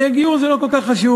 אווירה שגיור זה לא כל כך חשוב,